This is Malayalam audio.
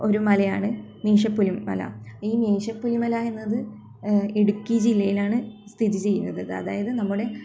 ഒരു മലയാണ് മീശപ്പുലിമല ഈ മീശപ്പുലിമല എന്നത് ഇടുക്കി ജില്ലയിലാണ് സ്ഥിതി ചെയ്യുന്നത് അതായത് നമ്മുടെ